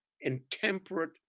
intemperate